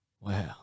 Wow